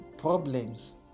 problems